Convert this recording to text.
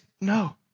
no